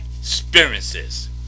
experiences